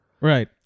Right